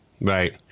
Right